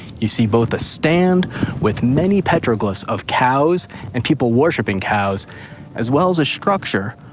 you see both a stand with many petroglyphs of cows and people worshiping cows as well as a structure,